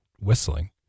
whistling